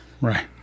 Right